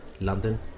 London